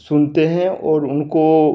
सुनते हैं और उनको